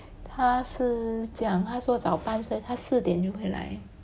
他是讲他做早班所以他四点就会来